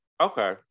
okay